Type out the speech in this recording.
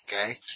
okay